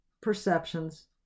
perceptions